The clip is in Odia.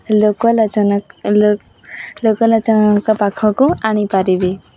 ଲୋକଲାଚନ ଲୋକଲଚନଙ୍କ ପାଖକୁ ଆଣିପାରିବି